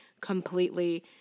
completely